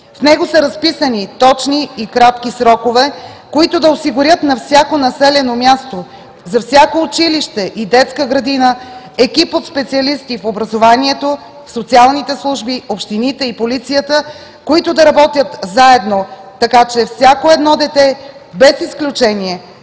В него са разписани точни и кратки срокове, които да осигурят на всяко населено място, за всяко училище и детска градина екип от специалисти в образованието, социалните служби, общините и полицията, които да работят заедно, така че всяко едно дете, без изключение,